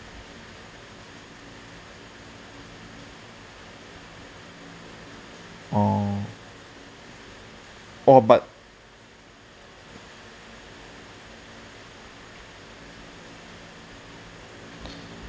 oh oh but